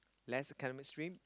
less academic stream